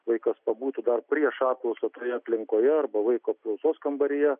vaikas pabūtų dar prieš apklausą toje aplinkoje arba vaiko apklausos kambaryje